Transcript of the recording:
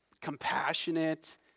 compassionate